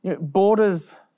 Borders